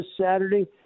Saturday